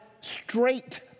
straight